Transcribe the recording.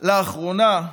לאחרונה,